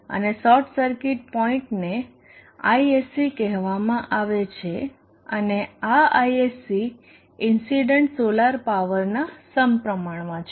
અને short circuit પોઇન્ટને Isc કહેવામાં આવે છે અને આ Isc ઇન્સીડન્ટ સોલર પાવરના સમપ્રમાણમાં છે